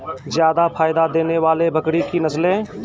जादा फायदा देने वाले बकरी की नसले?